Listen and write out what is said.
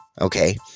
Okay